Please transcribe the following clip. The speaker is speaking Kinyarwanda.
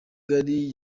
gari